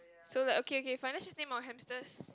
so like okay okay fine let's just name our hamsters